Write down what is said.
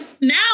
now